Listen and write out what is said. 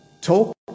talk